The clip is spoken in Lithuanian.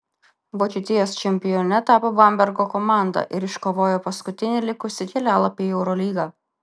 vokietijos čempione tapo bambergo komanda ir iškovojo paskutinį likusį kelialapį į eurolygą